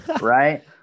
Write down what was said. right